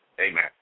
amen